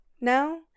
Now